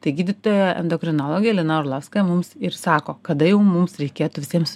tai gydytoja endokrinologė lina orlovskaja mums ir sako kada jau mums reikėtų visiems